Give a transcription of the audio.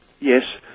Yes